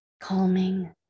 calming